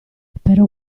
però